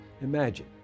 Imagine